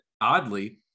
oddly